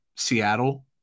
Seattle